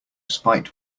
spite